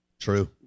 True